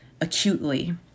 acutely